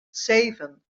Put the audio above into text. zeven